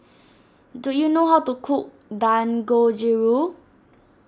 do you know how to cook Dangojiru